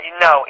No